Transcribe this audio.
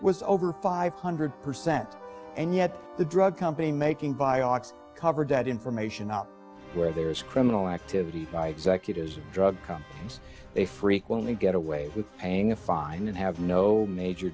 was over five hundred percent and yet the drug company making vioxx covered that information up where there is criminal activity by executives of drug companies they frequently get away with paying a fine and have no major